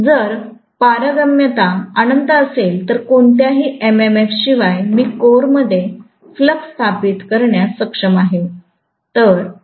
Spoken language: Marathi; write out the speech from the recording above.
जर पारगम्यता अनंत असेल तर कोणत्याही MMF शिवाय मी कोर मध्ये फ्लक्स स्थापित करण्यास सक्षम आहे